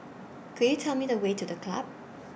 Could YOU Tell Me The Way to The Club